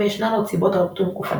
וישנן עוד סיבות רבות ומגוונות.